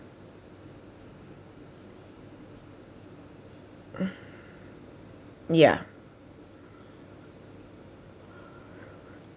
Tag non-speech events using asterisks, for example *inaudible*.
*noise* ya